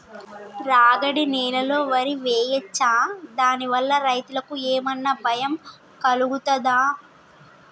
రాగడి నేలలో వరి వేయచ్చా దాని వల్ల రైతులకు ఏమన్నా భయం కలుగుతదా?